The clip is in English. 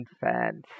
fans